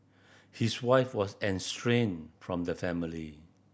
his wife was estranged from the family